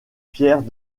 pierres